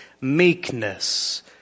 meekness